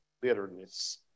bitterness